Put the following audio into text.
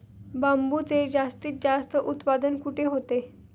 बांबूचे जास्तीत जास्त उत्पादन कुठे होते?